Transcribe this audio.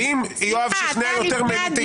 ואם יואב שכנע יותר ממני,